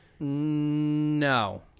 No